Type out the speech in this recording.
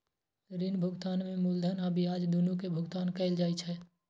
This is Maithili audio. ऋण भुगतान में मूलधन आ ब्याज, दुनू के भुगतान कैल जाइ छै